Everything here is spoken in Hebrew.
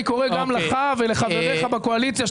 אני קורא גם לך ולחבריך בקואליציה,